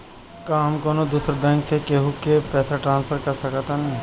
का हम कौनो दूसर बैंक से केहू के पैसा ट्रांसफर कर सकतानी?